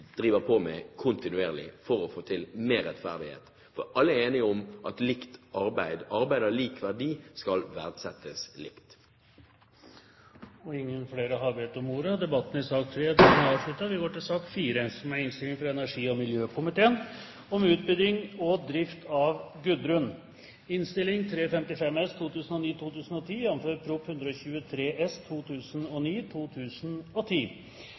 på med kontinuerlig for å få til mer rettferdighet. For alle er enige om at arbeid av lik verdi skal verdsettes likt. Flere har ikke bedt om ordet til sak nr. 3. Etter ønske fra energi- og miljøkomiteen vil presidenten foreslå at taletiden begrenses til 40 minutter, og fordeles med inntil 5 minutter til hvert parti og